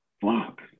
Fuck